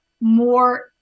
more